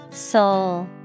Soul